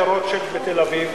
ברוטשילד בתל-אביב?